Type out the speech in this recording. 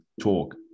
talk